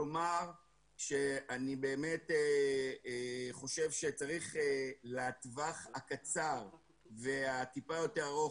אני רוצה לומר שאני באמת חושב שלטווח הקצר והטיפה יותר ארוך,